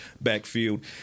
backfield